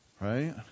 Right